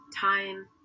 time